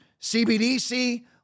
CBDC